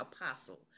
apostle